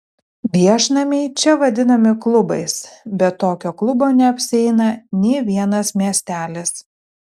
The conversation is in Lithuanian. viešnamiai čia vadinami klubais be tokio klubo neapsieina nė vienas miestelis